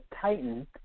Titan